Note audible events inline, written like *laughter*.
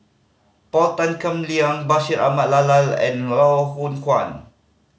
Paul Tan Kim Liang Bashir Ahmad *unintelligible* and Loh Hoong Kwan